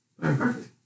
Perfect